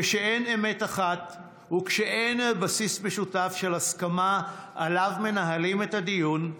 כשאין אמת אחת וכשאין בסיס משותף של הסכמה שעליו מנהלים את הדיון,